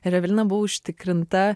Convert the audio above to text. ir evelina buvo užtikrinta